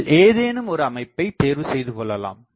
இதில் ஏதேனும் ஒரு அமைப்பை தேர்வு செய்து கொள்ளலாம்